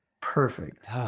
Perfect